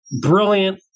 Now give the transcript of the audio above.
brilliant